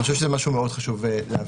אני חושב שזה משהו שמאוד חשוב להבין.